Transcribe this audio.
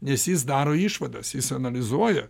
nes jis daro išvadas jis analizuoja